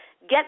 Get